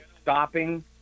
stopping